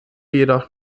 jedoch